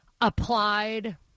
applied